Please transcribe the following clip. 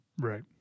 Right